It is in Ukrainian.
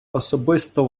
особисто